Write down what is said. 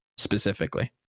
specifically